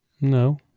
No